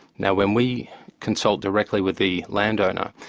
now when we consult directly with the landowner,